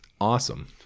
awesome